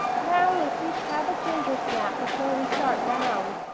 now let's each have a gingersnap before we start down,